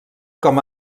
com